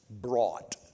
brought